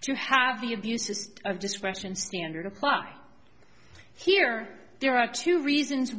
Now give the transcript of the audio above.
to have the abuses of discretion standard apply here there are two reasons